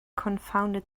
confounded